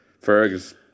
Fergus